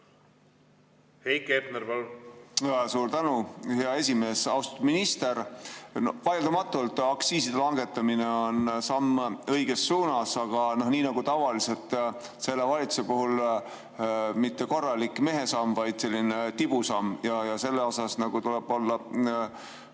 meid on tabanud. Suur tänu, hea esimees! Austatud minister! No vaieldamatult aktsiiside langetamine on samm õiges suunas, aga nii nagu tavaliselt selle valitsuse puhul, mitte korralik mehesamm, vaid selline tibusamm. Selle osas tuleb olla